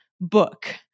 book